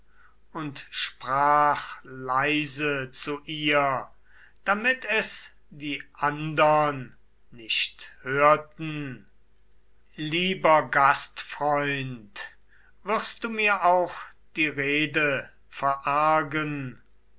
und sprach leise zu ihr damit es die andern nicht hörten lieber gastfreund wirst du mir auch die rede verargen